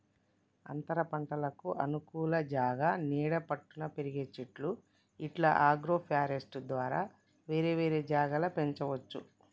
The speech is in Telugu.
అంతరపంటలకు అనుకూల జాగా నీడ పట్టున పెరిగే చెట్లు ఇట్లా అగ్రోఫారెస్ట్య్ ద్వారా వేరే వేరే జాగల పెంచవచ్చు